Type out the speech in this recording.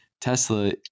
Tesla